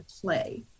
play